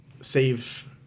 save